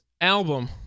album